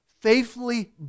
faithfully